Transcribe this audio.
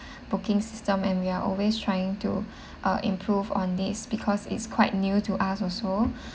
booking system and we are always trying to uh improve on this because it's quite new to us also